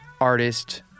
artist